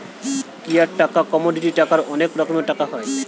fiat টাকা, commodity টাকার অনেক রকমের টাকা হয়